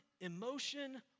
emotion